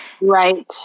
Right